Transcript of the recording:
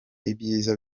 ibyiza